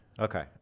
Okay